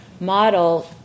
model